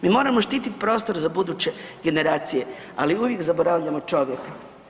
Mi moramo štititi prostor za buduće generacije, ali uvijek zaboravljamo čovjeka.